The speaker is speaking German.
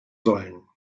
sollen